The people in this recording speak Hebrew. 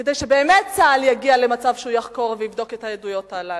כדי שבאמת צה"ל יגיע למצב שהוא יחקור ויבדוק את העדויות הללו.